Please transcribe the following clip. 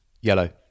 Yellow